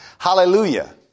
Hallelujah